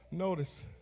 Notice